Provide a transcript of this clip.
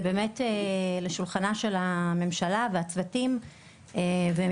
זה באמת לשולחנה של הממשלה והצוותים והם